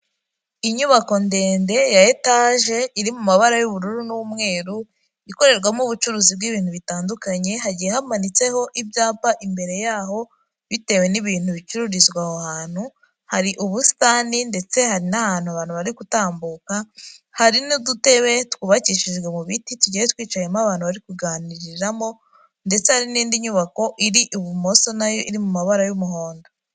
Inyubako ndende ya etage iri mu mabara y'ubururu n'umweru ikorerwamo ubucuruzi bw'ibintu bitandukanye, hagiye hamanitseho ibyapa imbere yaho bitewe n'ibintu bicururizwa aho hantu, hari ubusitani ndetse hari n'ahantu abantu bari gutambuka, hari n'udutebe twubakishijwe mu biti tugiye twicayemo abantu bari kuganiriramo ndetse hari n'indi nyubako iri ibumoso nayo iri mu mabara y'umuhondo.